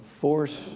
force